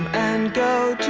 and